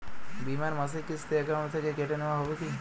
বিমার মাসিক কিস্তি অ্যাকাউন্ট থেকে কেটে নেওয়া হবে কি?